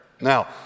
Now